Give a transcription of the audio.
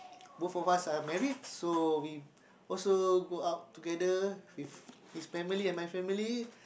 both of us are married so we also go out together with his family and my family